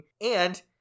and-